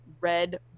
red